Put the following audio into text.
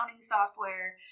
software